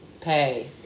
pay